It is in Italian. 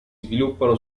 sviluppano